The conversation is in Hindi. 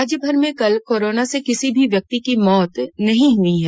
राज्यभर में कल कोरोना से किसी भी व्यक्ति की मौत नहीं हुई है